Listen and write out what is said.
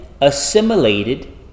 assimilated